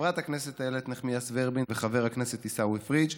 חברת הכנסת איילת נחמיאס ורבין וחבר הכנסת עיסאווי פריג'.